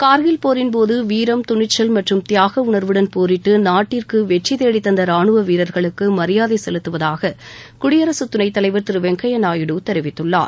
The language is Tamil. கார்கில் போரின் போது வீரம் துணிச்சல் மற்றும் தியாக உணர்வுடன் போரிட்டு நாட்டிற்கு வெற்றி தேடித் தந்த ராணுவ வீரர்களுக்கு மரியாதை செலுத்துவதாக குடியரசு துணைத் தலைவர் திரு வெங்கய்ய நாயுடு தெரிவித்குள்ளார்